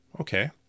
Okay